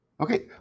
Okay